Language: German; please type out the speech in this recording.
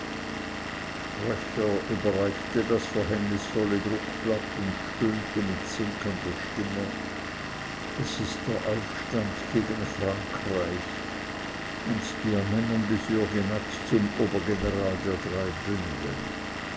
sprecher überreichte das verhängnisvolle druckblatt und stöhnte mit sinkender stimme es ist der aufstand gegen frankreich und die ernennung des jürg jenatsch zum obergeneral der drei bünde